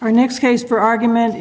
our next case for argument